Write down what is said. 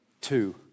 Two